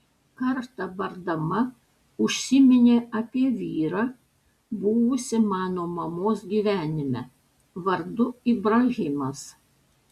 kartą bardama užsiminė apie vyrą buvusį mano mamos gyvenime vardu ibrahimas